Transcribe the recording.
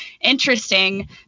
interesting